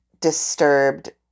disturbed